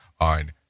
on